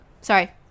sorry